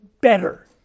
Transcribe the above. better